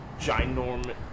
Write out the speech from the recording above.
ginormous